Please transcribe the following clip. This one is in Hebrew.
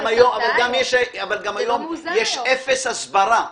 היום יש אפס הרתעה,